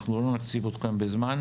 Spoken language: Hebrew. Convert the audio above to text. אנחנו לא נקציב אתכם בזמן.